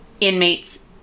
inmates